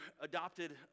adopted